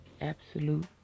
absolute